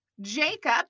Jacob